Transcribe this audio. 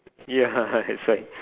ya that's why